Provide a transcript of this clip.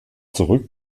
zurück